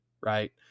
right